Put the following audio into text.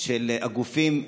של הגופים.